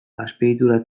azpiegitura